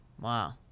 Wow